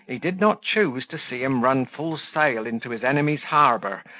he did not choose to see him run full sail into his enemy's harbour,